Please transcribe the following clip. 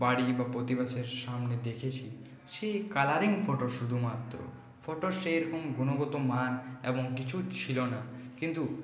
বাড়ি বা প্রতিবেশের সঙ্গে দেখেছি সেই কালারিং ফটো শুধুমাত্র ফটো সেরকম গুণগত মান এবং কিছু ছিলো না কিন্তু